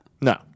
No